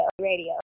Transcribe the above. radio